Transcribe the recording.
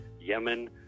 Yemen